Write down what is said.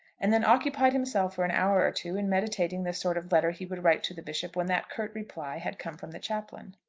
and then occupied himself for an hour or two in meditating the sort of letter he would write to the bishop when that curt reply had come from the chaplain.